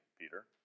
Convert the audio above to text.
Peter